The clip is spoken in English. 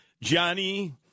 Johnny